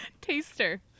Taster